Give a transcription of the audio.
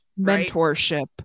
Mentorship